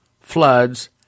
floods